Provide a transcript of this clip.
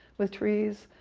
with trees.